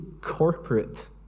corporate